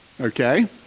Okay